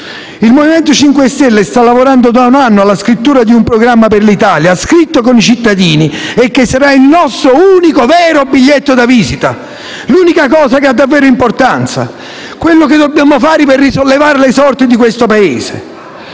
Il Movimento 5 Stelle sta lavorando da un anno alla scrittura di un programma per l'Italia, scritto con i cittadini e che sarà il nostro unico, vero biglietto da visita; l'unica cosa che ha davvero importanza, quello che dobbiamo fare per risollevare le sorti di questo Paese.